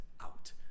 out